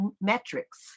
metrics